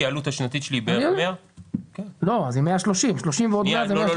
העלות השנתית שלי היא בערך 100. אז זה 130. לא.